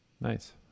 Nice